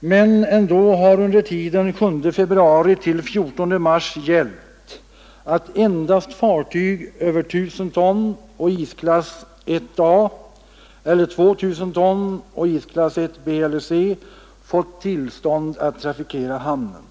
men ändå har under tiden 7 februari — 14 mars gällt att endast fartyg över I 000 ton och i isklass 1 A eller 2 000 ton och isklass 1 B eller 1 C fått tillstånd att trafikera hamnen.